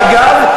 ואגב,